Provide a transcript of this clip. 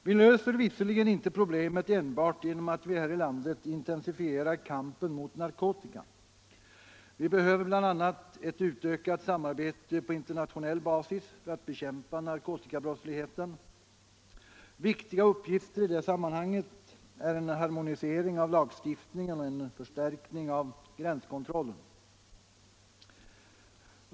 Vi löser visserligen inte problemet enbart genom att här i landet intensifiera kampen mot narkotikan. Vi behöver bl.a. ett utökat samarbete på internationell basis för att bekämpa narkotikabrottsligheten. Viktiga uppgifter i det sammanhanget är en harmonisering av lagstiftningen och en förstärkning av gränskontrollen.